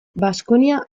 baskonia